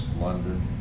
London